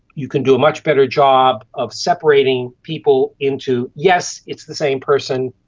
you can do a much better job of separating people into, yes, it's the same person,